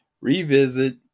Revisit